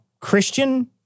Christian